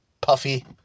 Puffy